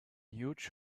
huge